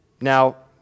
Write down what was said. Now